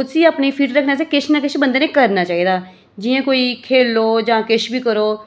उसी अपनी फिट रक्खने आस्तै किश न किश बंदे नै करना चाहिदा जि'यां कोई खेढो जां किश बी करो